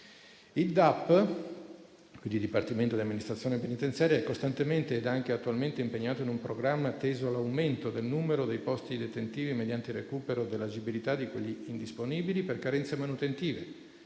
Il Dipartimento dell'amministrazione penitenziaria (DAP) è costantemente ed anche attualmente impegnato in un programma teso all'aumento del numero dei posti detentivi mediante il recupero dell'agibilità di quelli indisponibili per carenze manutentive,